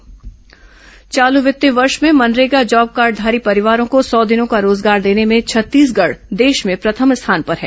MNREGA job card चालू वित्तीय वर्ष में मनरेगा जॉबकॉर्डघारी परिवारों को सौ दिनों का रोजगार देने में छत्तीसगढ़ देश में प्रथम स्थान पर है